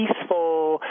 peaceful